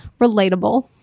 Relatable